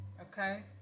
Okay